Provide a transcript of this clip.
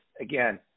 again